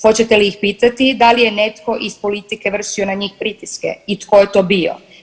Hoćete li ih pitati da li je netko iz politike vršio na njih pritiske i tko je to bio?